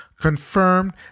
confirmed